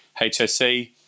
HSC